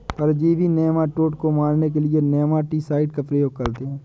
परजीवी नेमाटोड को मारने के लिए नेमाटीसाइड का प्रयोग करते हैं